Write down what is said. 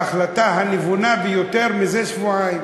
ההחלטה הנבונה ביותר זה שבועיים,